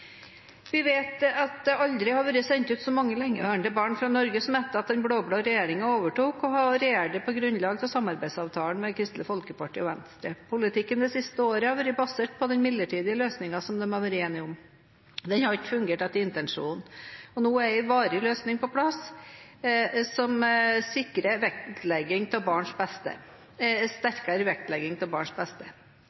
Vi vet at det aldri før har vært sendt ut så mange lengeværende barn fra Norge som etter at den blå-blå regjeringen overtok og regjerer på grunnlag av samarbeidsavtalen med Kristelig Folkeparti og Venstre. Politikken det siste året har vært basert på den midlertidige løsningen som de har vært enige om. Den har ikke fungert etter intensjonen. Nå er en varig løsning på plass, noe som sikrer en sterkere vektlegging av barns beste.